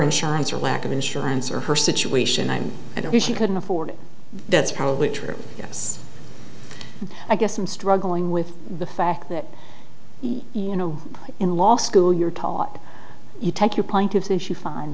insurance or lack of insurance or her situation i'm you know she couldn't afford it that's probably true yes i guess i'm struggling with the fact that you know in law school you're taught you take your plaintiffs if you find